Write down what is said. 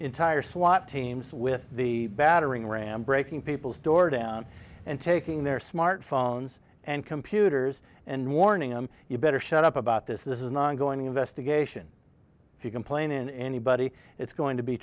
entire swat teams with the battering ram breaking people's door down and taking their smartphones and computers and warning them you better shut up about this this is an ongoing investigation if you complain in anybody it's going to be